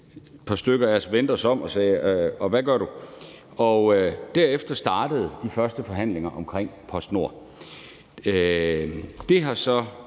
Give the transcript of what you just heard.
Et par stykker af os vendte os om og sagde: Hvad gør du? Derefter startede de første forhandlinger om PostNord. De blev så